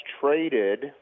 traded